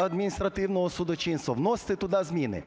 адміністративного судочинства – вносити туди зміни.